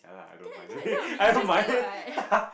that that that will be interesting what